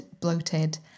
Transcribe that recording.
bloated